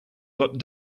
got